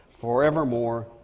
forevermore